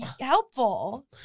helpful